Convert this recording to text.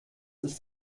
ist